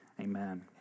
amen